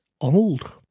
old